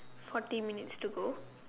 forty minutes to go